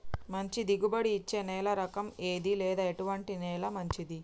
మంచి దిగుబడి ఇచ్చే నేల రకం ఏది లేదా ఎటువంటి నేల మంచిది?